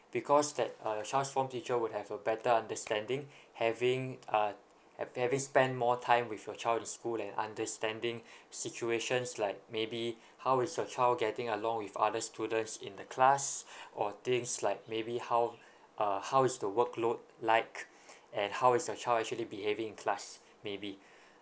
because that uh your child's form teacher would have a better understanding having uh hav~ having spend more time with your child in school and understanding situations like maybe how is your child getting along with other students in the class or things like maybe how uh how is the workload like and how is your child actually behaving in class maybe